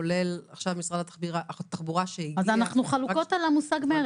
כולל עכשיו משרד התחבורה שהגיע --- אנחנו חלוקות על המושג "מרץ".